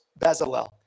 Bezalel